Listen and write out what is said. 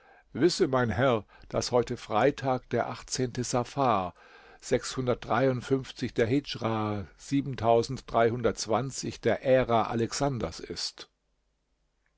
wisse mein herr daß heute freitag der sa djafar der der ära alexanders istda